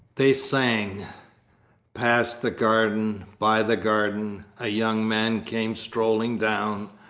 they sang past the garden, by the garden, a young man came strolling down,